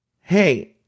Hey